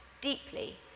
deeply